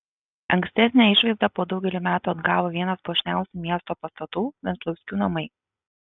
ankstesnę išvaizdą po daugelio metų atgavo vienas puošniausių miesto pastatų venclauskių namai